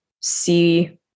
See